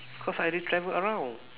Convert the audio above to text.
cause I already travel around